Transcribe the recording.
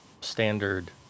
standard